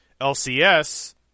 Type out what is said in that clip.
LCS